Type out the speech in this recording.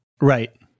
Right